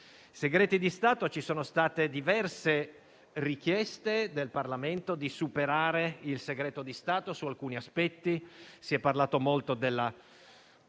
segreto di Stato. Ci sono state diverse richieste da parte del Parlamento per superare il segreto di Stato su alcuni aspetti: si è parlato molto della